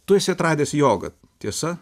tu esi atradęs jogą tiesa